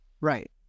Right